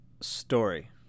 story